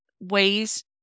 ways